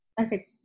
Okay